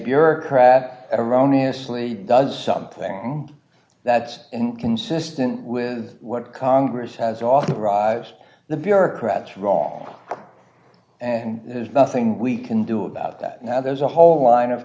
bureaucrat erroneous lee does something that's inconsistent with what congress has authorized the bureaucrats wrong and there's nothing we can do about that now there's a whole line of